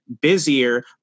busier